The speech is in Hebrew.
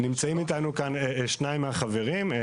לא מדובר במשהו גדול.